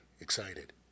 excited